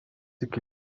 iki